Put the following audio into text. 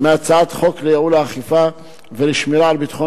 מהצעת חוק לייעול האכיפה ולשמירה על ביטחון